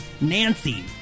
Nancy